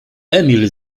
emil